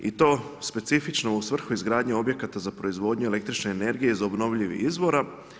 I to specifično u svrhu izgradnje objekata za proizvodnju električne energije iz obnovljivih izvora.